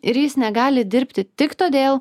ir jis negali dirbti tik todėl